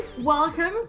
Welcome